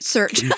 Search